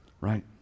right